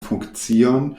funkcion